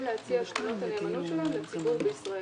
להציע את קרנות הנאמנות שלהם לציבור בישראל.